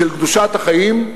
של קדושת החיים,